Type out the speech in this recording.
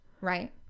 right